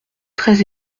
très